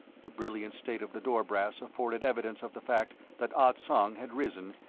the brilliant state of the door-brass afforded evidence of the fact that ah tsong had arisen,